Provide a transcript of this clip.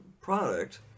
product